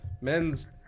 Men's